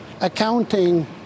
accounting